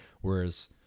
Whereas